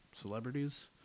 celebrities